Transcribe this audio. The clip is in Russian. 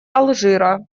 алжира